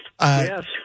Yes